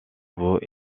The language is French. vaut